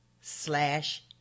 slash